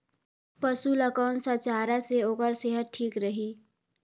पशु ला कोन स चारा से ओकर सेहत ठीक रही?